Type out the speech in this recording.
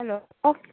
hello